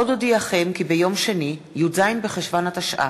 עוד אודיעכם, כי ביום שני, י"ז בחשוון התשע"ה,